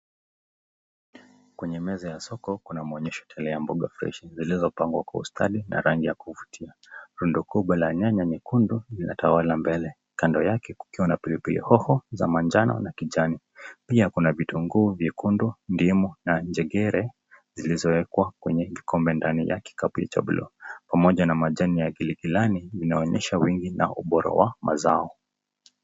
Kwenye meza ya soko, kuna maonyesho tele ya mboga freshi , zilizopangwa kwa ustadi na rangi ya kuvutia. Rundu kubwa la nyanya nyekundu, linatawala mbele, kando yake kukiwa na pilipili hoho za manjano na kijani. Pia kuna bitu vitunguu, vyekundo, dimo, na njegere, zilizoekwa kwenye kikombe ndani ya kikapu cha buluu. pamuja na majani ya pilipili fulani, zinaonyesha wingi na uboro wa mazao.